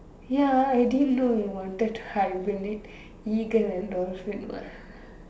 ya I didn't know you wanted to hibernate eagle and dolphin what